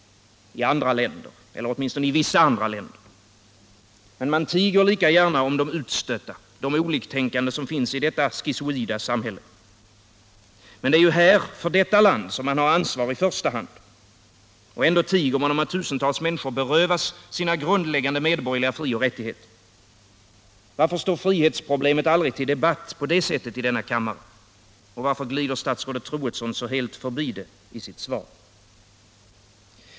I andra länder — eller åtminstone i vissa andra länder. Men man tiger lika gärna om de utstötta, de oliktänkande som finns i detta schizoida samhälle. Men det är ju här, för detta land, man har ansvar i första hand. Ändå tiger man om att tusentals människor berövas sina grundläggande medborgerliga frioch rättigheter. Varför står det frihetsproblemet aldrig under debatt på det sättet i denna kammare? Och varför glider statsrådet Troedsson så helt förbi det i sitt svar?